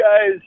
guys